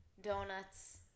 donuts